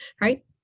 right